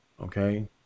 okay